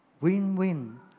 win-win